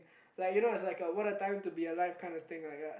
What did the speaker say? like you know it's like one of the time to be a life kind of thing like that